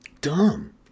Dumb